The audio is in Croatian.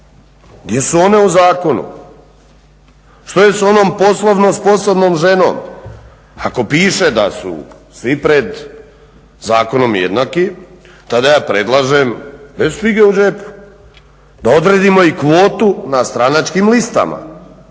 gdje su one u ZIDZPP-a akonu, što je s onom poslovno sposobnom ženom, ako piše da su svi pred zakonom jednaki, tada ja predlažem bez fige u džepu da odredimo i kvotu na stranačkim listama,